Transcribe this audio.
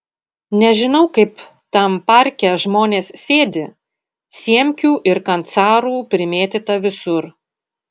nežinau kaip tam parke žmonės sėdi siemkių ir kancarų primėtyta visur